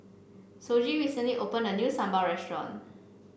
Shoji recently opened a new Sambal Restaurant